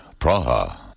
Praha